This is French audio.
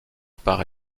par